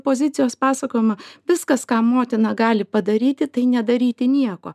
pozicijos pasakojama viskas ką motina gali padaryti tai nedaryti nieko